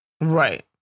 Right